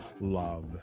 love